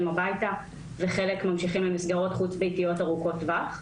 הביתה וחלק ממשיכים למסגרות חוץ ביתיות ארוכות טווח.